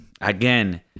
again